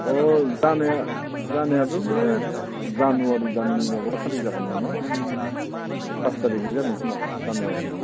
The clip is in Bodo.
अह जानाया जानायाथ' बे जानुवारि दाननि माबाखालि जागोन नामा बे फास थारिखै जागोन खोमा जानुवारिनि